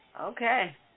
Okay